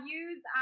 use